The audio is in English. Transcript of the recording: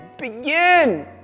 begin